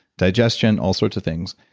digestion, all sorts of things.